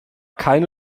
keine